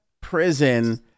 prison